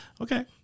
Okay